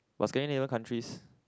but Scandinavian countries